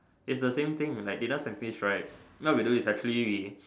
is the same thing like data scientist right what we do is actually we